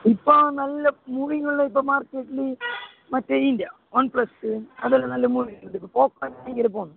ഇപ്പോൾ നല്ല മൂവിങ്ങ് ഉള്ളത് ഇപ്പോൾ മാർക്കറ്റിൽ മറ്റേതിൻറെയാണ് വൺ പ്ലസ് അതെല്ലാം നല്ല മൂവിങ്ങ് ഉണ്ട് ഇപ്പോൾ ഓപ്പോ ഭയങ്കരമായി പോകുന്നു